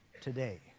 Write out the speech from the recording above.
today